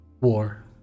war